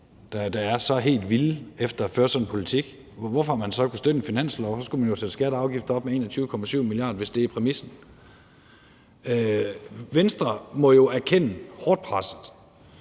der er så helt vilde efter at føre sådan en politik. Hvorfor har man så kunnet støtte den finanslov? Så skulle man jo have sat skatter og afgifter op med 21,7 mia. kr., hvis det er præmissen. Venstre må jo erkende, hårdt presset,